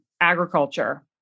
Agriculture